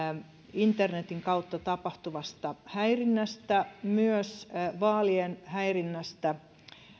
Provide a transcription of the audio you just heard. internetin kautta tapahtuvasta häirinnästä myös vaalien häirinnästä